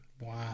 Wow